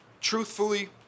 truthfully